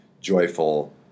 joyful